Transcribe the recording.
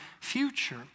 future